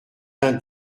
pain